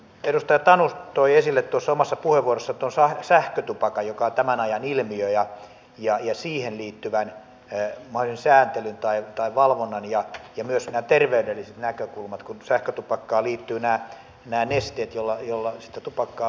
edustaja tanus toi esille tuossa omassa puheenvuorossaan tuon sähkötupakan joka on tämän ajan ilmiö ja siihen liittyvän mahdollisen sääntelyn tai valvonnan ja myös nämä terveydelliset näkökulmat kun sähkötupakkaan liittyvät nämä nesteet joilla sitä tupakkaa maustetaan